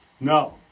No